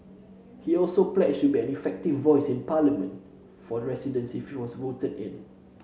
he also pledged to be an effective voice in Parliament for the residents if he was voted in